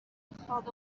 خواب